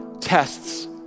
tests